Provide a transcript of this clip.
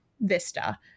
vista